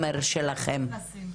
עושים,